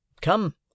come